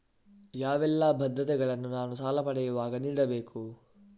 ಯಾವೆಲ್ಲ ಭದ್ರತೆಗಳನ್ನು ನಾನು ಸಾಲ ಪಡೆಯುವಾಗ ನೀಡಬೇಕು?